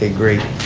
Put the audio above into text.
ah great.